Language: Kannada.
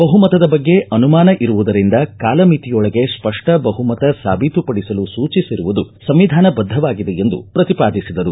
ಬಹುಮತದ ಬಗ್ಗೆ ಅನುಮಾನ ಇರುವುದರಿಂದ ಕಾಲಮಿತಿಯೊಳಗೆ ಸ್ಪಷ್ಟಬಹುಮತ ಸಾಬೀತುಪಡಿಸಲು ಸೂಚಿಸಿರುವುದು ಸಂವಿಧಾನಬದ್ಧವಾಗಿದೆ ಎಂದು ಪ್ರತಿಪಾದಿಸಿದರು